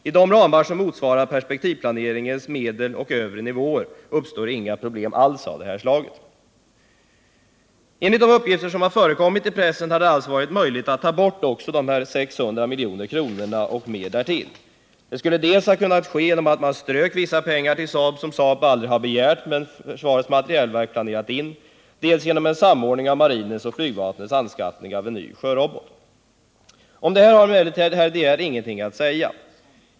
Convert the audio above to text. I de ramar som motsvarar perspektivplaneringens medelnivå och övre nivå uppstår inga problem alls av det här slaget. : Enligt de uppgifter som har förekommit i pressen hade det alltså varit möjligt att ta bort också de här 600 miljonerna och mer därtill. Det skulle ha kunnat ske dels genom att man strök vissa medel till Saab som Saab aldrig har begärt men försvarets materielverk planerat in, dels genom en samordning av marinens och flygvapnets anskaffning av en ny sjömålsrobot. Om det har emellertid herr de Geer ingenting att säga.